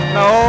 no